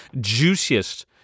juiciest